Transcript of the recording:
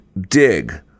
dig